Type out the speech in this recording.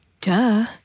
Duh